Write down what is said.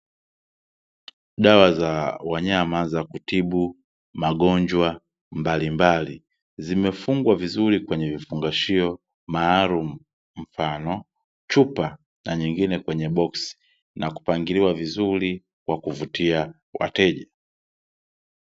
Dawa za wanyama za kutibu magonjwa mabalimbali zimefungwa vizuri kwenye vifungashio maalumu, mfano chupa na nyingine kwenye boksi na kupangiliwa vizuri kwa kuvutia wateja.